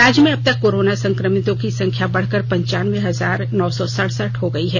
राज्य में अब तक कोरोना संक्रमितो की संख्या बढ़कर पंचानवें हजार नौ सौ सड़सठ हो गई है